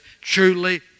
truly